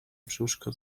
brzuszka